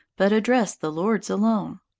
but addressed the lords alone.